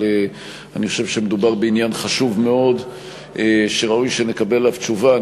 אבל אני חושב שמדובר בעניין חשוב מאוד שראוי שנקבל עליו תשובה.